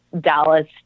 Dallas